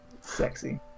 Sexy